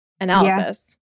analysis